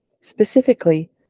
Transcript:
Specifically